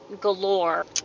galore